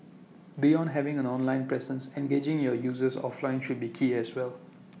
beyond having an online presence engaging your users offline should be key as well